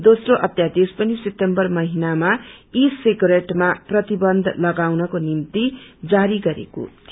दोस्रो अध्यादेश पनि सितम्बर महिनमा ई सिगरेटमा प्रतिबन्ध लगाउनको निम्ति जारी गरेको थियो